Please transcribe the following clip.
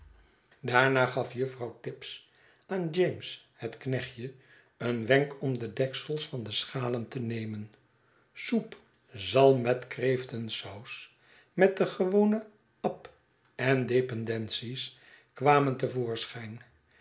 jdaarna gaf juffrouw tibbs aan james het knechtje een wenk om de deksels van de schalen te nemen soep zalm met kreeftensaus met de gewone ap en dependences kwamen